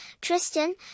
Tristan